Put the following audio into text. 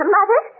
Mother